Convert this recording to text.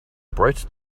bright